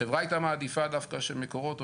החברה הייתה מעדיפה דווקא שמקורות או